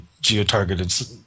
geo-targeted